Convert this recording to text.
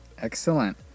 Excellent